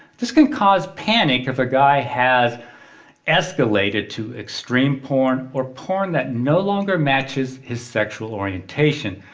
this can cause panic if a guy has escalated to extreme porn or porn that no longer matches his sexual orientation.